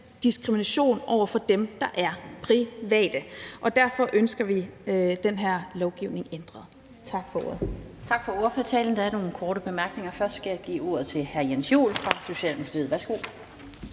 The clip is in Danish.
diskrimination over for dem, der er private, og derfor ønsker vi den her lovgivning ændret.